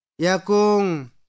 Yakung